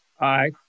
Aye